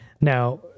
Now